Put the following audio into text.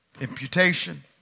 Imputation